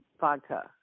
vodka